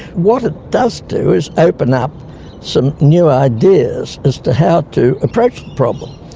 what it does do is open up some new ideas as to how to approach the problem,